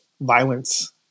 violence